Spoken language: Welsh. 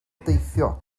deithio